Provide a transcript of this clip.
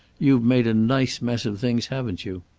you've made a nice mess of things, haven't you?